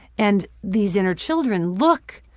and these inner children look,